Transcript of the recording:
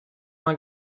una